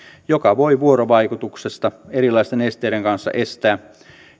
joka voi vuorovaikutuksesta erilaisten esteiden kanssa estää